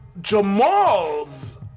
Jamal's